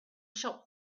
shop